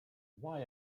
why